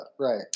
right